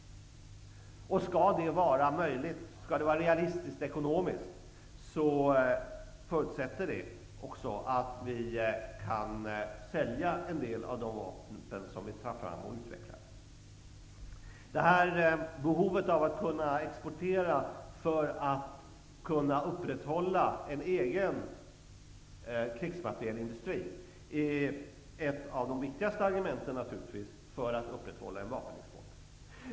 Skall detta vara ekonomiskt realistiskt förutsätter det att vi kan sälja en del av de vapen som vi tar fram och utvecklar. Behovet av att kunna exportera för att kunna upprätthålla en egen krigsmaterielindustri är naturligtvis ett av de viktigaste argumenten för att upprätthålla en vapenexport.